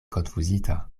konfuzita